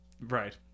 right